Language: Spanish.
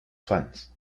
fans